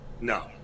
No